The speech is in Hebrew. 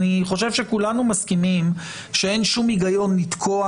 אני חושב שכולנו מסכימים שאין שום היגיון לתקוע